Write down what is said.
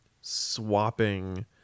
swapping